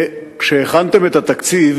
כשהכנתם את התקציב